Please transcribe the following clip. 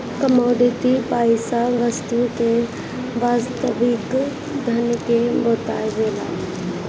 commodity पईसा वस्तु के वास्तविक धन के बतावेला